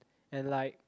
and like